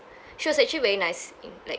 she was actually very nice in like